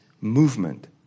movement